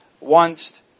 wants